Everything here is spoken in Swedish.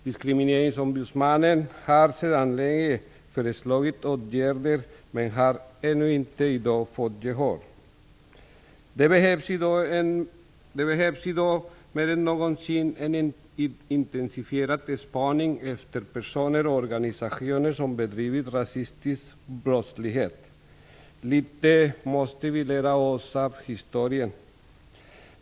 Diskrimineringsombudsmannen har sedan länge föreslagit åtgärder men har i dag ännu inte fått gehör för dem. Det behövs i dag mer än någonsin en intensifierad spaning efter personer och organisationer som bedriver rasistisk brottslighet. Litet måste vi lära oss av historien.